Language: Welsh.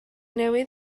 newydd